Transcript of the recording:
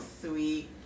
sweet